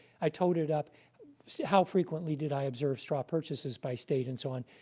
i totaled up how frequently did i observe straw purchases by state and so on.